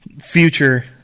Future